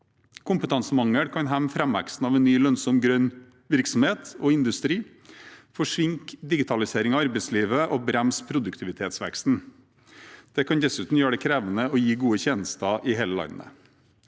Kompetansemangel kan hemme framveksten av en ny lønnsom grønn virksomhet og industri, forsinke digitalisering i arbeidslivet og bremse produktivitetsveksten. Det kan dessuten gjøre det krevende å gi gode tjenester i hele landet.